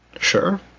Sure